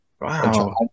Wow